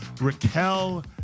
Raquel